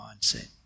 mindset